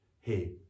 hey